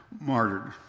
martyred